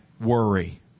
worry